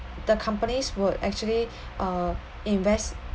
the companies would actually uh invest